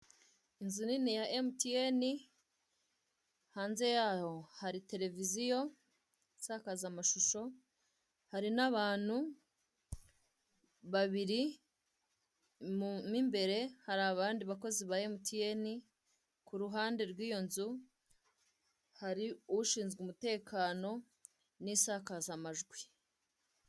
inzu nini ya emutiyene hanze yayo hari tereviziyo nsakazamashusho, hari n'abantu babiri mu imbere hari abandi bakozi ba emutiyene, ku ruhande rw'iyo nzu hari ushinzwe umutekano n'isakazamajwi.